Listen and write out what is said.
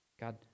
God